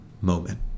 moment